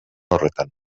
horretan